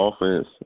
offense